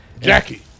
jackie